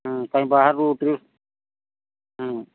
ହୁଁ କାଇଁ ବାହାରୁ ଟିକେ ହୁଁ